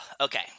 okay